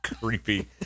Creepy